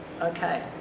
okay